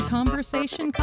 Conversation